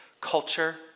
culture